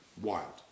wild